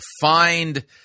find